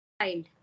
child